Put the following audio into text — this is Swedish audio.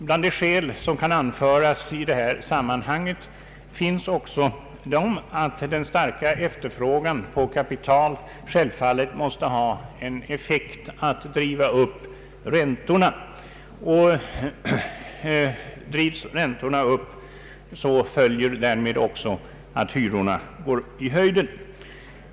Bland de skäl som i detta sammanhang kan anföras finns också det att den starka efterfrågan på kapital självfallet måste ha till effekt att driva upp räntorna. Om räntorna drivs upp, följer därmed att hyrorna går i höjden.